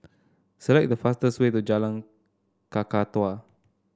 select the fastest way to Jalan Kakatua